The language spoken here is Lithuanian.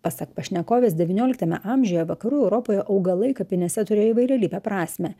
pasak pašnekovės devynioliktame amžiuje vakarų europoje augalai kapinėse turėjo įvairialypę prasmę